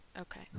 Okay